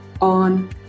on